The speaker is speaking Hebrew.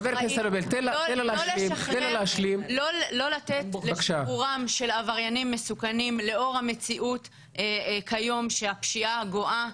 לא לתת לשחרורם של עבריינים מסוכנים לאור המציאות כיום שהפשיעה גואה.